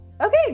Okay